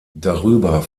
darüber